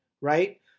right